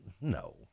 no